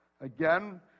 Again